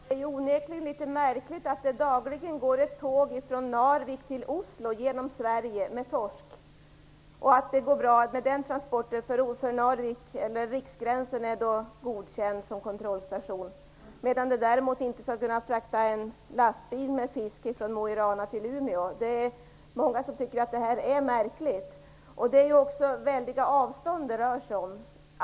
Fru talman! Det är onekligen litet märkligt detta: Sverige med torsk. Den transporten går bra eftersom Riksgränsen är godkänd som kontrollstation. Det går däremot inte att frakta fisk i en lastbil från Mo i Rana till Umeå. Det är många som tycker att det här är märkligt. Det är väldiga avstånd det rör sig om.